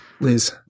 Liz